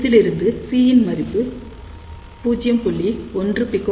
இதிலிருந்து C இன் மதிப்பு 0